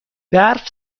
برف